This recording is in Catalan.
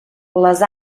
les